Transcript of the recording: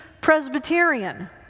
Presbyterian